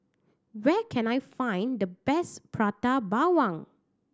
where can I find the best Prata Bawang